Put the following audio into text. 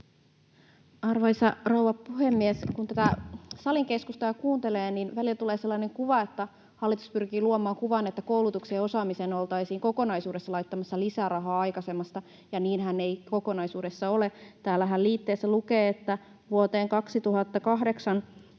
Arvoisa rouva puhemies! Kun tätä salin keskustelua kuuntelee, niin välillä tulee sellainen kuva, että hallitus pyrkii luomaan kuvan, että koulutukseen ja osaamiseen oltaisiin kokonaisuudessaan laittamassa lisärahaa aikaisempaan nähden, ja niinhän ei kokonaisuudessaan ole. Täällähän liitteessä lukee, että vuoteen 2028